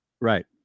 Right